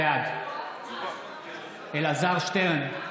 בעד אלעזר שטרן,